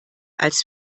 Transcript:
als